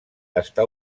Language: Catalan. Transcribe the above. està